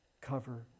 cover